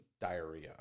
diarrhea